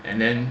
and then